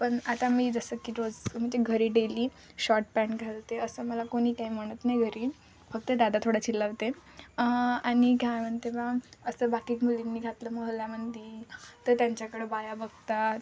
पण आता मी जसं की रोज म्हणजे घरी डेली शॉर्ट पॅन्ट घालते असं मला कोणी काही म्हणत नाही घरी फक्त दादा थोडा चिल्लावते आणि घ्या म्हणते बा असं बाकी मुलींनी घातलं मोहल्यामध्ये तर त्यांच्याकडं बाया बघतात